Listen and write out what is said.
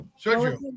Sergio